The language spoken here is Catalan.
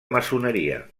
maçoneria